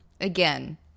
again